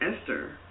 Esther